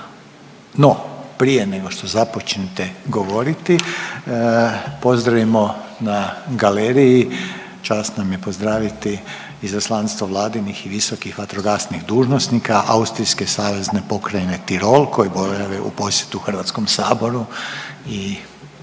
No, prije nego što započnete govoriti pozdravimo na galeriji, čast nam je pozdraviti izaslanstvo vladinih i visokih vatrogasnih dužnosnika austrijske savezne pokrajine Tirol koji borave u posjetu Hrvatskom saboru i sa